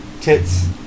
Tits